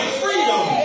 freedom